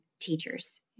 teachers